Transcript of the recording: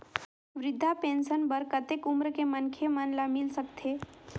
वृद्धा पेंशन बर कतेक उम्र के मनखे मन ल मिल सकथे?